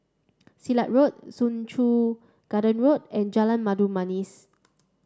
Silat Road Soo Chow Garden Road and Jalan Mabu Manis